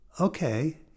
okay